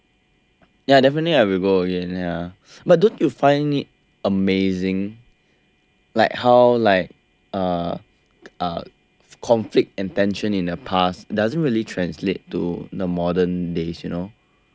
ya definitely I will go again ya ya but don't you find it amazing like how like a conflict and tension in the past doesn't really translate to the modern days you know